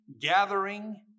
gathering